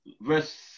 Verse